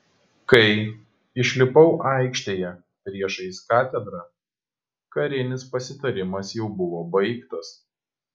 kai išlipau aikštėje priešais katedrą karinis pasitarimas jau buvo baigtas